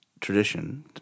tradition